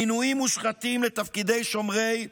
מינויים מושחתים לתפקידי שומרי סף,